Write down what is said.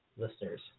listeners